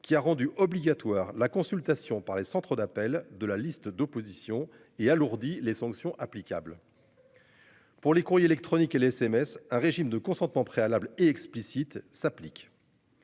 qui a rendu obligatoire la consultation par les centres d'appels de la liste d'opposition et alourdit les sanctions applicables.-- Pour les courriers électroniques et SMS un régime de consentement préalable et explicite s'applique.--